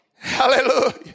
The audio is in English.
Hallelujah